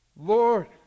Lord